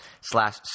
slash